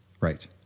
Right